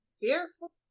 fearful